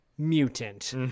mutant